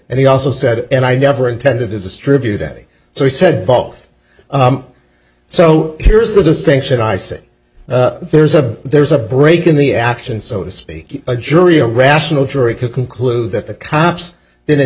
and he also said and i never intended to distribute a so he said both so here's the distinction i said there's a there's a break in the action so to speak a jury a rational jury could conclude that the cops didn't